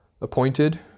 appointed